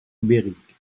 ibérique